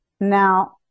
Now